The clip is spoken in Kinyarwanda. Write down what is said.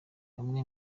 bamwe